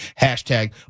hashtag